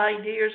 ideas